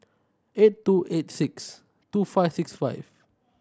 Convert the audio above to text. eight two eight six two five six five